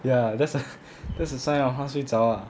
ya that's a that's a sign of 他睡着 lah